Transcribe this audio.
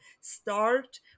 Start